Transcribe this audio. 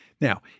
Now